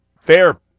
Fair